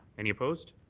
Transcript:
any opposed?